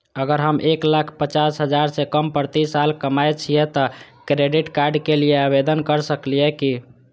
अगर हम एक लाख पचास हजार से कम प्रति साल कमाय छियै त क्रेडिट कार्ड के लिये आवेदन कर सकलियै की?